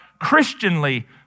Christianly